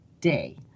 day